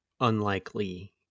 unlikely